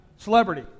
Celebrity